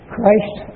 Christ